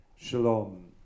Shalom